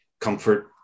comfort